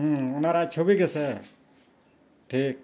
ᱦᱮᱸ ᱚᱱᱟ ᱨᱮᱭᱟᱜ ᱪᱷᱚᱵᱤ ᱜᱮᱥᱮ ᱴᱷᱤᱠ